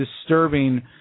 disturbing